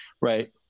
right